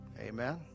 Amen